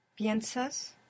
¿Piensas